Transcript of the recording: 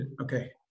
Okay